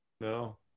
No